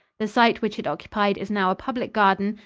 the site which it occupied is now a public garden,